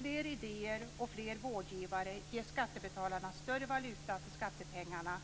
Fler idéer och fler vårdgivare ger skattebetalarna bättre valuta för skattepengarna.